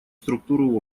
структуру